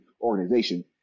organization